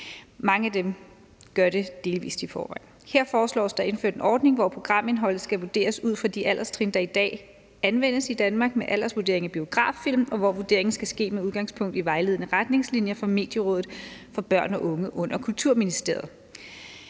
Mange tjenester gør det delvis i forvejen. Her foreslås der indført en ordning, hvor programindholdet skal vurderes ud fra de alderstrin, der i dag anvendes i Danmark ved aldersvurdering i forhold til biograffilm, og hvor vurderingen skal ske med udgangspunkt i vejledende retningslinjer fra Medierådet for Børn og Unge under Kulturministeriet.